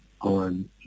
on